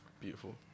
Beautiful